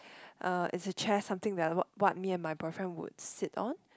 uh is a chair something that wh~ what me and my boyfriend would sit on